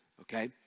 okay